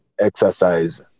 exercise